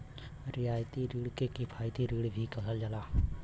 रियायती रिण के किफायती रिण भी कहल जाला